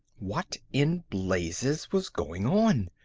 what in blazes was going on?